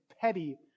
petty